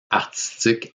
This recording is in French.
artistique